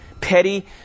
Petty